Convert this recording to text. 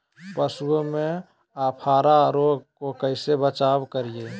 पशुओं में अफारा रोग से कैसे बचाव करिये?